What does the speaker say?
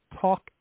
Talk